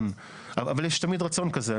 יש תמיד רצון כזה.